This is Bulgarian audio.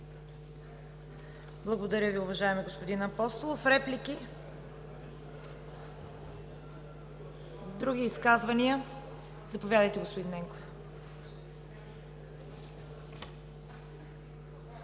Благодаря Ви, уважаеми господин Апостолов. Реплики? Други изказвания? Заповядайте, господин Ненков.